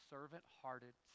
Servant-hearted